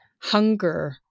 hunger